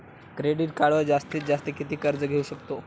Credit कार्डवर जास्तीत जास्त किती कर्ज घेऊ शकतो?